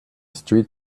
street